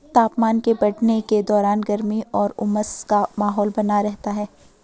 तापमान के बढ़ने के दौरान गर्मी और उमस का माहौल बना रहता है